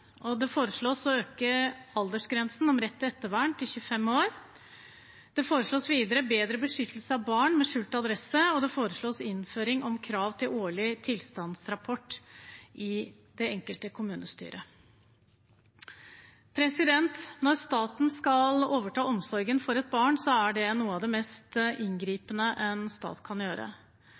Det foreslås å øke aldersgrensen for rett til ettervern til 25 år. Det foreslås videre bedre beskyttelse av barn med skjult adresse, og det foreslås innføring av krav om en årlig tilstandsrapport til det enkelte kommunestyre. Når staten skal overta omsorgen for et barn, er det noe av det mest inngripende en stat kan gjøre.